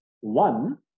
One